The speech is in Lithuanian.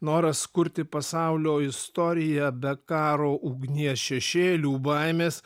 noras kurti pasaulio istoriją be karo ugnies šešėlių baimės